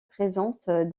présente